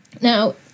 Now